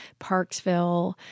Parksville